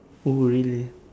oh really